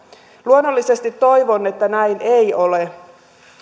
luonnollisesti toivon että näin ei ole